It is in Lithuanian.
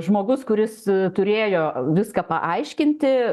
žmogus kuris turėjo viską paaiškinti